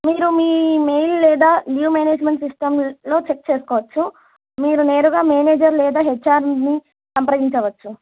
మీరు మీ మెయిల్ లేదా న్యూ మేనేజ్మెంట్ సిస్టమ్లో చెక్ చేసుకోవచ్చు మీరు నేరుగా మేనేజర్ లేదా హెచ్ ఆర్ని సంప్రదించవచ్చు